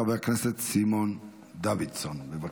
חבר הכנסת סימון דוידסון, בבקשה.